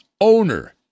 owner